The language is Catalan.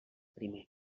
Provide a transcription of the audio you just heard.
primer